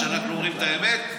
בגלל שאנחנו אומרים את האמת?